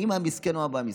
האימא המסכנה או האבא המסכן.